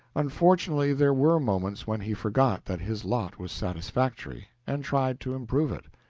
unfortunately, there were moments when he forgot that his lot was satisfactory, and tried to improve it.